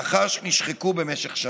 לאחר שנשחקו במשך שנים.